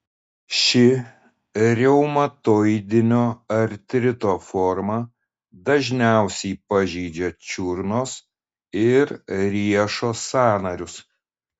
ši reumatoidinio artrito forma dažniausiai pažeidžia čiurnos ir riešo sąnarius